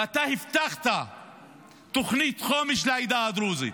ואתה הבטחת תוכנית חומש לעדה הדרוזית,